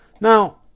Now